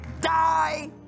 die